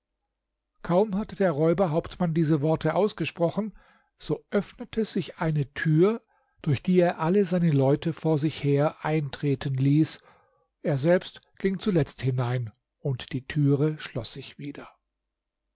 kaum hatte der räuberhauptmann diese worte ausgesprochen so öffnete sich eine tür durch die er alle seine leute vor sich her eintreten ließ er selbst ging zuletzt hinein und die türe schloß sich wieder